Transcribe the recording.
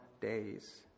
days